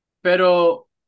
Pero